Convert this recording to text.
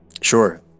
Sure